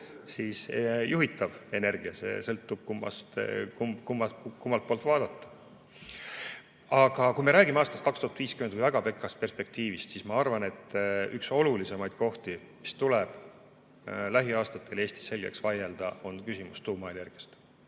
on juhitav energia? See sõltub, kummalt poolt vaadata. Aga kui me räägime aastast 2050 või väga pikast perspektiivist, siis ma arvan, et üks olulisemaid asju, mis tuleb lähiaastatel Eestis selgeks vaielda, on küsimus tuumaenergiast.